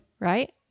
Right